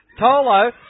Tolo